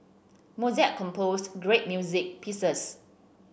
Mozart composed great music pieces